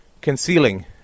concealing